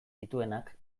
dituenak